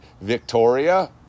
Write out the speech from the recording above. Victoria